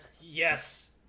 Yes